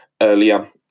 earlier